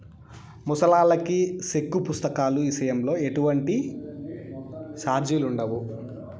ముసలాల్లకి సెక్కు పుస్తకాల ఇసయంలో ఎటువంటి సార్జిలుండవు